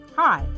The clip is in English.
hi